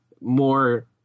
more